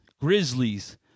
Grizzlies